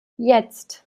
jetzt